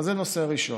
זה נושא ראשון.